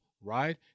right